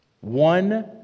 One